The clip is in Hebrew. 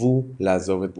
הצטוו לעזוב את בולגריה.